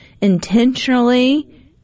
intentionally